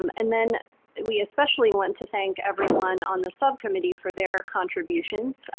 um and then we especially want to thank everyone on the subcommittee for their contributions.